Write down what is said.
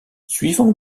suivant